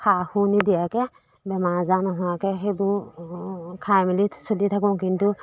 সাৰবোৰ নিদিয়াকৈ বেমাৰ আজাৰ নোহোৱাকৈ সেইবোৰ খাই মেলি চলি থাকোঁ কিন্তু